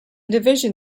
division